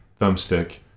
thumbstick